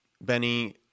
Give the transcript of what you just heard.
Benny